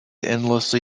endlessly